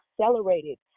accelerated